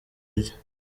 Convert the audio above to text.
rye